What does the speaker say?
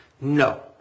No